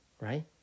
right